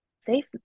safe